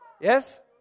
Yes